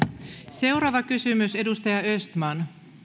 seuraava kysymys edustaja östman arvoisa puhemies